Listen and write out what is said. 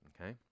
okay